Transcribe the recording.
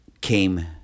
came